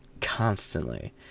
constantly